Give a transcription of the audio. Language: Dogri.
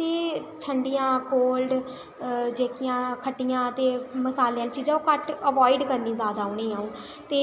ते ठंडियां कोल्ड जेह्कियां खट्टियां ते मसाले आह्लियां चीज़ां ओह् घट्ट अवॉइड करनी जादा उ'नेईं अं'ऊ ते